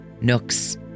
nooks